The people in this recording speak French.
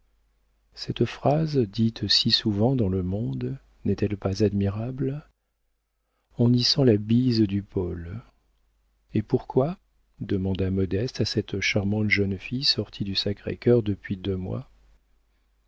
cette phrase dite si souvent dans le monde n'est-elle pas admirable on y sent la bise du pôle et pourquoi demanda modeste à cette charmante jeune fille sortie du sacré-cœur depuis deux mois